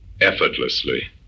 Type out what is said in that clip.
effortlessly